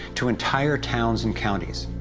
to entire towns and counties.